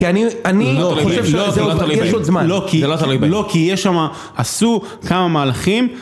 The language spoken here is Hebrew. כי אני חושב שיש עוד זמן, לא כי יש שם, עשו כמה מהלכים